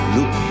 Look